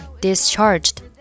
discharged